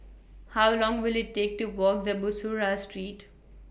How Long Will IT Take to Walk The Bussorah Street